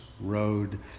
Road